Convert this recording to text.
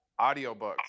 audiobooks